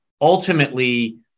ultimately